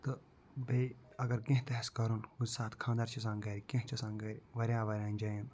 تہٕ بیٚیہِ اگر کیٚنٛہہ تہِ آسہِ کَرُن کُنہِ ساتہٕ خانٛدَر چھِ آسان گَرِ کیٚنٛہہ چھِ آسان گَرِ واریاہ واریاہَن جایَن